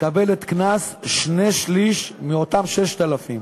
מקבלת קנס שני-שלישים מאותם 6,000,